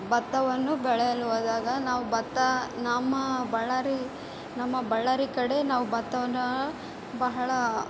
ಬತ್ತವನ್ನು ಬೆಳೆಯಲು ಹೋದಾಗ ನಾವು ಬತ್ತ ನಮ್ಮ ಬಳ್ಳಾರಿ ನಮ್ಮ ಬಳ್ಳಾರಿ ಕಡೆ ನಾವು ಬತ್ತವನ್ನು ಬಹಳ